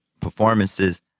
Performances